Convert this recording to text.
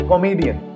Comedian